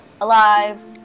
Alive